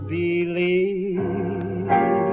believe